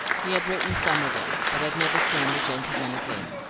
he had written some of them, but had never seen the gentleman again,